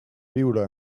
viure